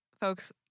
folks